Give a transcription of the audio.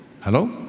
Hello